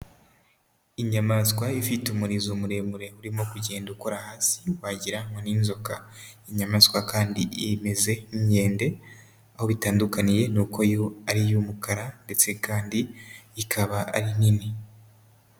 Inyamaswa ifite umurizo muremure urimo kugenda ukora hasi wagira ngo ni inzoka. Inyamaswa kandi imeze nk'inkende, aho bitandukaniye ni uko yo ari iy'umukara ndetse kandi ikaba ari nini.